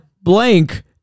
blank